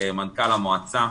מנכ"ל המועצה.